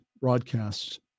broadcasts